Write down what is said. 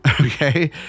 okay